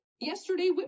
Yesterday